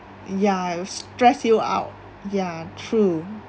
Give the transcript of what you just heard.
ya it will stressed you out ya true